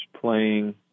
playing